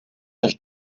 než